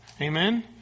amen